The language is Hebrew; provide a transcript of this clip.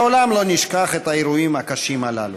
לעולם לא נשכח את האירועים הקשים הללו.